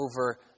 over